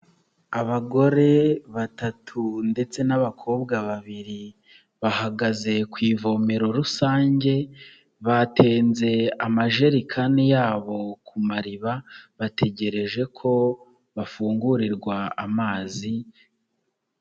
Abagore batatu ndetse n'abakobwa babiri, bahagaze ku ivomero rusange batonze amajerikani yabo ku mariba bategereje ko bafungurirwa amazi.